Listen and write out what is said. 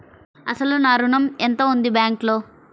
అసలు నా ఋణం ఎంతవుంది బ్యాంక్లో?